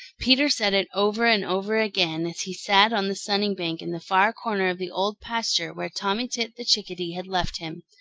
peter said it over and over again, as he sat on the sunning-bank in the far corner of the old pasture, where tommy tit the chickadee had left him.